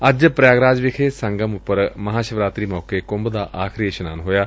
ਅੱਜ ਪਰਿਆਗਰਾਜ ਵਿਖੇ ਸੰਗਮ ਉਪਰ ਮਹਾਂ ਸ਼ਿਵਰਾਤਰੀ ਮੌਕੇ ਕੁੰਭ ਦਾ ਆਖਰੀ ਇਸ਼ਨਾਨ ਹੋਇਐ